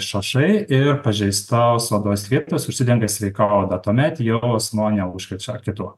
šašai ir pažeistos odos vietos užsidengia sveika oda tuomet jau asmuo neužkrečia kitų